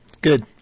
Good